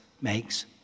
makes